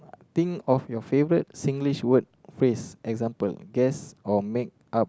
think of your favourite Singlish word phrase example guess or make up